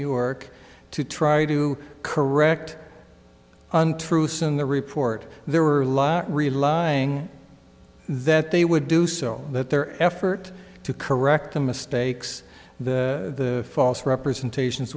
york to try to correct untruths in the report there were a lot relying that they would do so that their effort to correct the mistakes the false representations